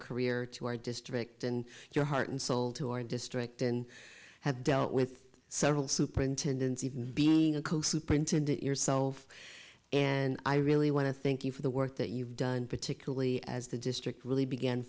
career to our district and your heart and soul to our district and have dealt with several superintendents even being a co superintendent yourself and i really want to thank you for the work that you've done particularly as the district really began